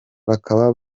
bakaba